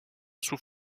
sous